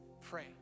Pray